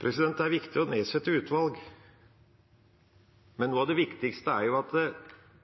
Det er viktig å nedsette utvalg, men noe av det viktigste er at